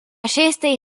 šiestej